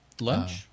Lunch